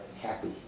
happy